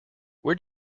where